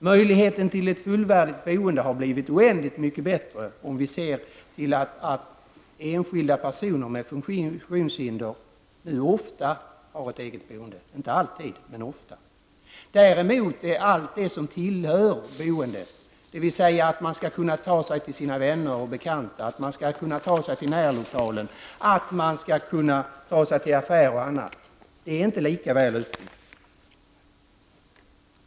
Möjligheten till ett fullvärdigt boende har blivit oändligt mycket bättre om vi ser till det faktum att enskilda personer med funktionshinder nu ofta, men inte alltid, har ett eget boende. Däremot är allt det som hör ihop med ett fullvärdigt boende -- att man skall kunna ta sig till sina vänner och bekanta, att man skall kunna ta sig närlokalen, att man skall kunna ta sig till affärer och liknande -- inte lika väl utbyggt.